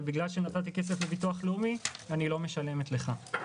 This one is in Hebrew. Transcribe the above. אבל בגלל שנתתי כסף לביטוח הלאומי אני לא משלמת לך.